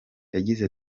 yagize